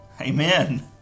Amen